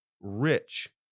rich